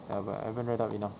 ya but I haven't read up enough